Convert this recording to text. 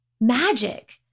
magic